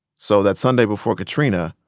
so that sunday before katrina,